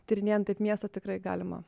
tyrinėjant taip miestą tikrai galima